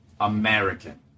American